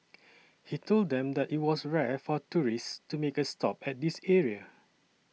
he told them that it was rare for tourists to make a stop at this area